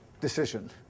decision